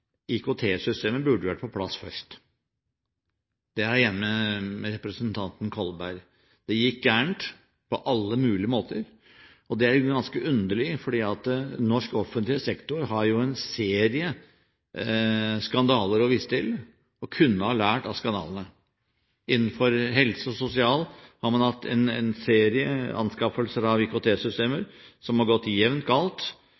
burde vært på plass først. Der er jeg enig med representanten Kolberg. Det gikk galt på alle mulige måter. Det er i grunnen ganske underlig, for norsk offentlig sektor har jo en serie skandaler å vise til og kunne ha lært av skandalene. Innenfor helse og sosial har man hatt en serie anskaffelser av